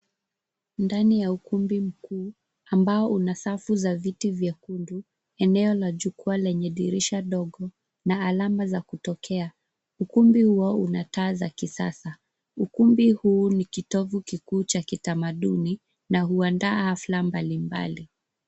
Ndani ya ukumbi mkuu ambao una safu za viti vyekundu eneo la jukwaa lenye dirisha ndogo na alama za kutokea. Ukumbi huo una taa za kisasa. Ukumbi huu ni kitovo kikuu cha kitamaduni na huandaa hafla mbalimbali.